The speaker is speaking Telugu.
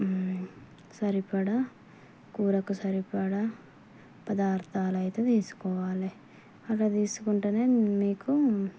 సరిపడ కూరకు సరిపడ పదార్థాలు అయితే తీసుకోవాలి అలా తీసుకుంటే మీకు